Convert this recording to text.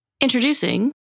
Introducing